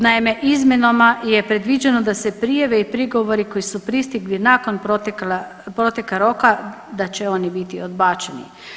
Naime, izmjenama je predviđeno da se prijave i prigovori koji su pristigli nakon proteka roka da će oni biti odbačeni.